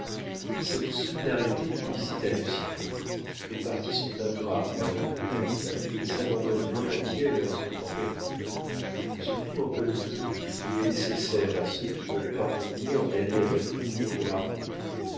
cette solidarité nuisit à lucien les partis sont ingrats envers leurs vedettes ils abandonnent volontiers leurs enfants perdus surtout en politique il est nécessaire à ceux qui veulent parvenir d'aller avec le gros de l'armée